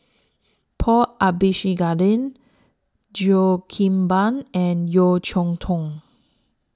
Paul Abisheganaden Cheo Kim Ban and Yeo Cheow Tong